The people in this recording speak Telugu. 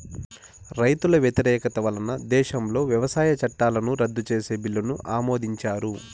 రైతుల వ్యతిరేకత వలన దేశంలో వ్యవసాయ చట్టాలను రద్దు చేసే బిల్లును ఆమోదించారు